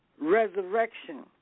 resurrection